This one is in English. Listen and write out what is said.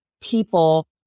people